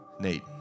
Nate